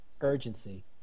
urgency